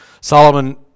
Solomon